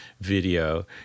video